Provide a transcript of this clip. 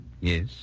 Yes